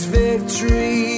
victory